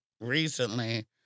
recently